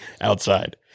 outside